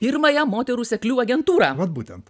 pirmąją moterų seklių agentūrą vat būtent